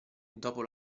dopo